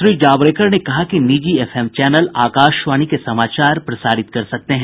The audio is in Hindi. श्री जावड़ेकर ने कहा कि निजी एफएम चैनल आकाशवाणी के समाचार प्रसारित कर सकते हैं